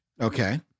Okay